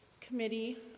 committee